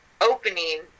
opening